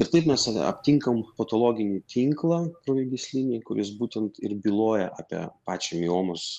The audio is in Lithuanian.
ir taip mes a aptinkam patologinį tinklą kraujagyslinį kuris būtent ir byloja apie pačią miomos